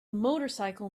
motorcycle